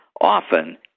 often